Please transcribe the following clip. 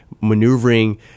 maneuvering